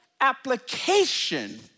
application